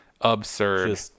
absurd